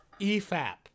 efap